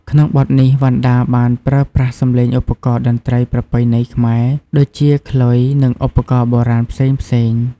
ក្នុងបទនេះ វណ្ណដាបានប្រើប្រាស់សម្លេងឧបករណ៍តន្ត្រីប្រពៃណីខ្មែរ ដូចជា ខ្លុយ និងឧបករណ៍បុរាណផ្សេងៗ។